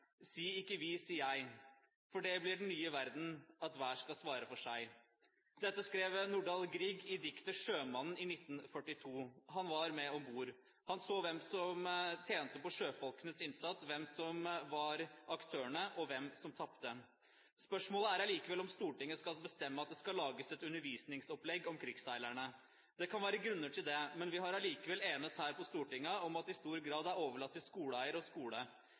Si ikke vi. Si jeg. For det blir den nye verden: at hver skal svare for seg.» Dette skrev Nordahl Grieg i diktet «Sjømannen» i 1942. Han var med om bord. Han så hvem som tjente på sjøfolkenes innsats, hvem som var aktørene, og hvem som tapte. Spørsmålet er likevel om Stortinget skal bestemme at det skal lages et undervisningsopplegg om krigsseilerne. Det kan være grunner til det, men vi har allikevel enes her på Stortinget om at det i stor grad er overlatt til skoleeier og skole.